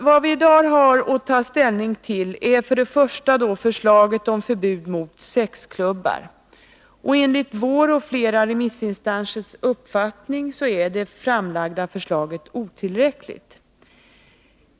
Vad vi i dag har att ta ställning till är till att börja med förslaget om förbud mot sexklubbar. Enligt vår och flera remissinstansers uppfattning är det framlagda förslaget otillräckligt.